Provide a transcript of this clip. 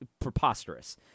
preposterous